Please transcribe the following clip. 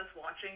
watching